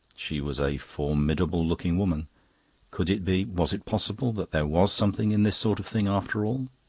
she was a formidable-looking woman could it be, was it possible, that there was something in this sort of thing after all?